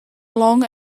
long